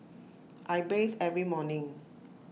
I bathe every morning